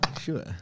Sure